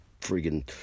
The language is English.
friggin